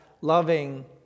loving